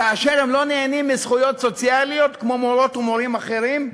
כאשר הם לא נהנים מזכויות סוציאליות כמו מורות ומורים אחרים?